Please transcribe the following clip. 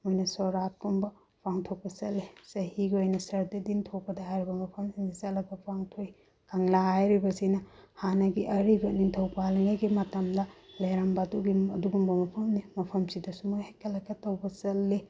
ꯑꯩꯈꯣꯏꯅ ꯁꯣꯔꯥꯠꯀꯨꯝꯕ ꯄꯥꯡꯊꯣꯛꯄ ꯆꯠꯂꯤ ꯆꯍꯤꯒꯤ ꯑꯣꯏꯅ ꯁꯔꯗꯥ ꯗꯤꯟ ꯊꯣꯛꯄꯗ ꯍꯥꯏꯔꯤꯕ ꯃꯐꯝꯁꯤꯡꯗ ꯆꯠꯂꯒ ꯄꯥꯡꯊꯣꯛꯏ ꯀꯪꯂꯥ ꯍꯥꯏꯔꯤꯕꯁꯤꯅ ꯍꯥꯟꯅꯒꯤ ꯑꯔꯤꯕ ꯅꯤꯡꯊꯧ ꯄꯥꯜꯂꯤꯉꯩꯒꯤ ꯃꯇꯝꯗ ꯂꯩꯔꯝꯕ ꯑꯗꯨꯒꯨꯝꯕ ꯃꯐꯝꯅꯤ ꯃꯐꯝꯁꯤꯗꯁꯨ ꯃꯣꯏ ꯍꯩꯀꯠ ꯂꯩꯀꯠ ꯇꯧꯕ ꯆꯠꯂꯤ